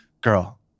girl